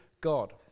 God